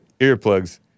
earplugs